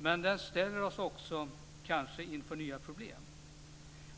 men den ställer oss kanske också inför nya problem.